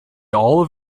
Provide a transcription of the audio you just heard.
all